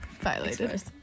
Violated